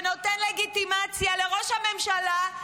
שנותן לגיטימציה לראש הממשלה,